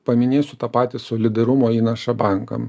paminėsiu tą patį solidarumo įnašą bankam